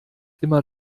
immer